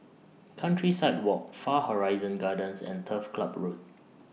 Countryside Walk Far Horizon Gardens and Turf Club Road